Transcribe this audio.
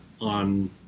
on